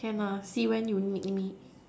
can see when you need me